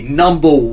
number